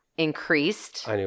increased